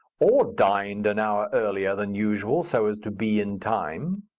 or dined an hour earlier than usual so as to be in time.